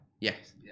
Yes